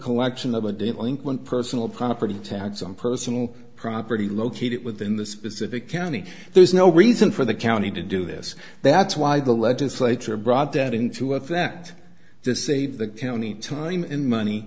collection of a delinquent personal property tax on personal property located within the specific county there's no reason for the county to do this that's why the legislature brought that into effect to save the county time and money